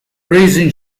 raising